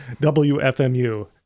WFMU